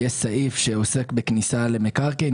ובו יש סעיף שעוסק בכניסה למקרקעין.